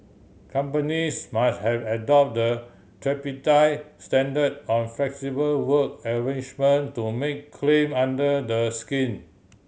companies must have adopt the tripartite standard on flexible work arrangement to make claim under the scheme